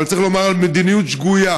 אבל צריך לדבר על מדיניות שגויה,